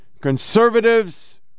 Conservatives